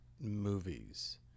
movies